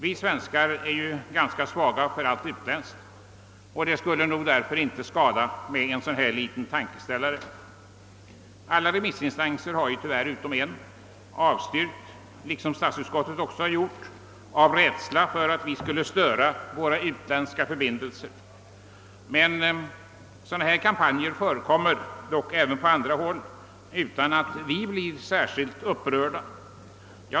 Vi svenskar är ju ganska svaga för allt utländskt, och det skulle nog därför inte skada med en liten tankeställare. Alla remissinstanser utom en avstyrker vår framställning och detta gör även statsutskottet av rädsla för att vi skulle störa våra utländska förbindelser genom en sådan kampanj som vi före slagit. Men sådana kampanjer förekommer även på andra håll utan att vi blir särskilt upprörda över detta.